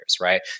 right